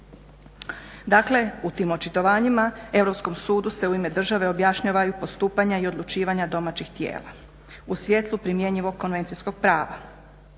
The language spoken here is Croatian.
Dakle u tim očitovanjima Europskom sudu se u ime države objašnjavaju postupanja i odlučivanja domaćih tijela u svijetlu primjenjivog konvencijskog prava.